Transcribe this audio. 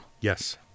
yes